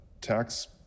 tax